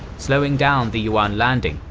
slowing down the yuan landing,